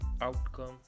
outcome